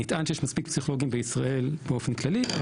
נטען שיש מספיק פסיכולוגים בישראל באופן כללי,